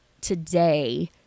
today